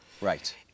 Right